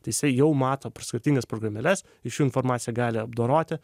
tai jisai jau mato per skirtingas programėles iš jų informaciją gali apdoroti